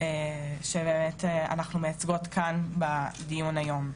שבאמת אנחנו מייצגות כאן, בדיון היום.